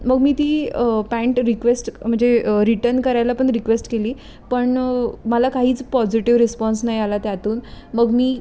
मग मी ती पॅन्ट रिक्वेस्ट म्हणजे रिटन करायला पण रिक्वेस्ट केली पण मला काहीच पॉझिटिव्ह रिस्पॉन्स नाही आला त्यातून मग मी